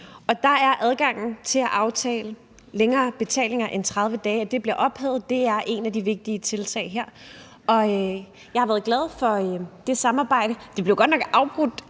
Her er adgangen til at aftale, at længere betalinger end 30 dage bliver ophævet, et af de vigtige tiltag. Jeg har været glad for det samarbejde – det blev godt nok afbrudt